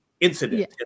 incident